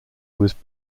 was